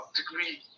degree